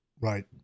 right